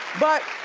but